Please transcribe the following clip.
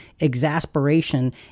exasperation